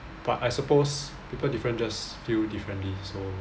but I suppose people different just feel differently so